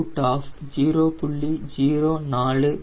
09 0